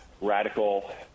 radical